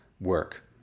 work